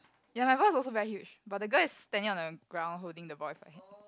ya my ball is also very huge but the girl is standing on the ground holding the ball with a hands